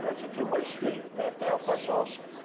it's a two-way street they have to help us also.